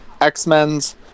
x-men's